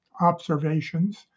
observations